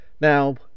Now